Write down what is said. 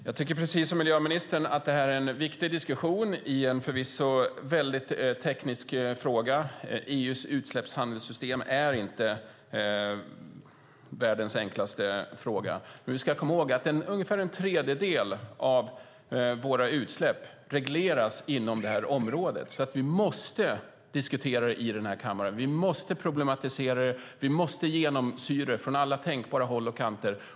Fru talman! Jag tycker precis som miljöministern att det här är en viktig diskussion i en förvisso mycket teknisk fråga. EU:s utsläppshandelssystem är inte världens enklaste fråga. Vi ska dock komma ihåg att ungefär en tredjedel av våra utsläpp regleras inom detta område. Därför måste vi diskutera det i kammaren. Vi måste problematisera det. Vi måste genomlysa det från alla tänkbara håll och kanter.